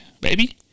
Baby